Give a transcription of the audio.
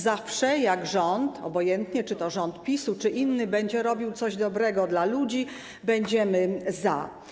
Zawsze jak rząd, obojętnie, czy rząd PiS-u, czy inny, będzie robił coś dobrego dla ludzi, będziemy za.